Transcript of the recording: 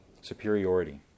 Superiority